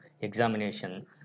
examination